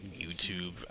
YouTube